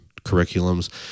curriculums